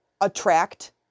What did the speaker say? attract